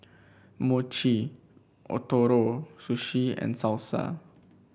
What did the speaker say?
Mochi Ootoro Sushi and Salsa